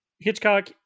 Hitchcock